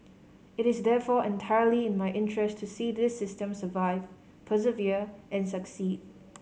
it is therefore entirely in my interest to see this system survive persevere and succeed